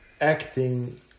acting